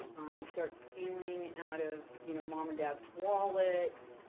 starts stealing out of you know mom or dad's wallet,